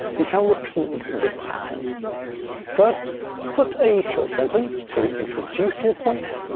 you can repeat this pattern first put a short sentence to introduce your point,